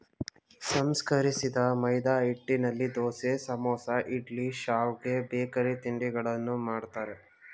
ಸಂಸ್ಕರಿಸಿದ ಮೈದಾಹಿಟ್ಟಿನಲ್ಲಿ ದೋಸೆ, ಸಮೋಸ, ಇಡ್ಲಿ, ಶಾವ್ಗೆ, ಬೇಕರಿ ತಿಂಡಿಗಳನ್ನು ಮಾಡ್ತರೆ